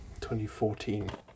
2014